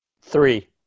Three